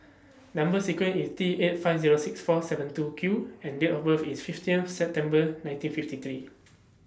Number sequence IS T eight five Zero six four seven two Q and Date of birth IS fifteen September nineteen fifty three